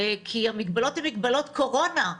כי המגבלות הן מגבלות קורונה.